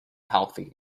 healthy